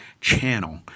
channel